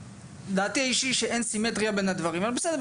דעתי האישית שאין סימטריה בין הדברים אבל בסדר,